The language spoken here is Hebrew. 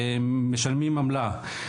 משלמים עמלה.